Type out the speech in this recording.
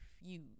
refuse